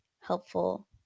helpful